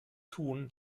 tun